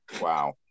Wow